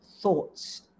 thoughts